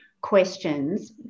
questions